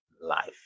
life